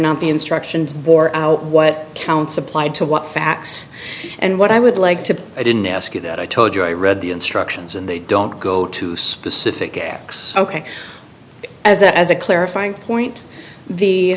not the instructions bore out what counts applied to what facts and what i would like to i didn't ask you that i told you i read the instructions and they don't go to specific acts ok as as a clarifying point the